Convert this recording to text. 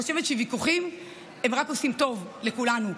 חושבת שוויכוחים רק עושים טוב לכולנו.